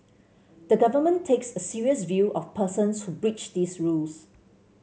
the government takes a serious view of persons who breach these rules